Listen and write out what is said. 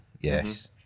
yes